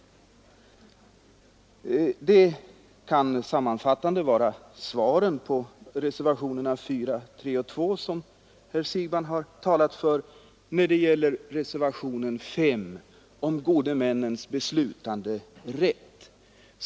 Detta kan sammanfattande vara svaren på reservationerna 4, 3 och 2 som herr Siegbahn har talat för. Reservationen 5 gäller gode männens beslutanderätt.